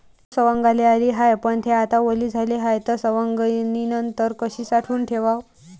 तूर सवंगाले आली हाये, पन थे आता वली झाली हाये, त सवंगनीनंतर कशी साठवून ठेवाव?